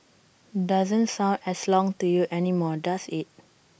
doesn't sound as long to you anymore does IT